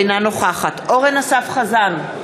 אינה נוכחת אורן אסף חזן,